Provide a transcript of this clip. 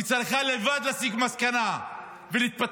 היא צריכה לבד להסיק מסקנה ולהתפטר,